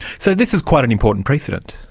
so this is quite an important precedent.